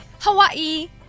Hawaii